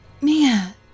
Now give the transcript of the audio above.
Mia